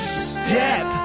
step